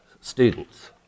students